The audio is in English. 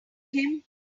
him